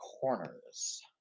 corners